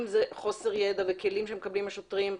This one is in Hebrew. אם זה חוסר ידע וכלים שמקבלים השוטרים,